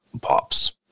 Pops